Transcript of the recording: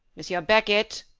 monsieur beckett,